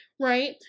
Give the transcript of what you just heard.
right